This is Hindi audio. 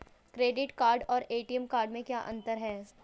क्रेडिट कार्ड और ए.टी.एम कार्ड में क्या अंतर है?